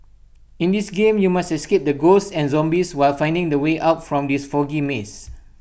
in this game you must escape ghosts and zombies while finding the way out from the foggy maze